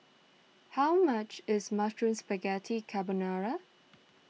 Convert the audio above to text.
how much is Mushroom Spaghetti Carbonara